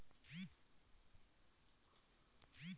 Fixed deposit ಎಷ್ಟು ವರ್ಷಕ್ಕೆ ಇರುತ್ತದೆ?